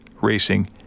racing